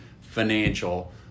financial